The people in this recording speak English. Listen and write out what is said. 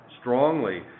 strongly